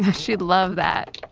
she'd love that.